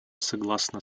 согласна